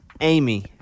Amy